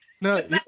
No